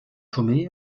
tomé